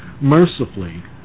Mercifully